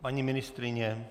Paní ministryně?